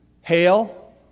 Hail